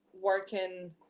working